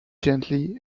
gently